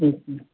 okay